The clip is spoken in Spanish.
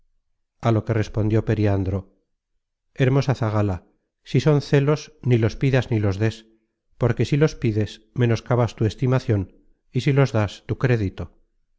a lo que respondió periandro hermosa zagala si son celos ni los pidas ni los des porque si los pides menoscabas tu estimacion y si los das tu crédito